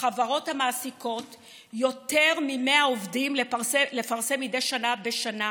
חברות המעסיקות יותר מ-100 עובדים לפרסם מדי שנה בשנה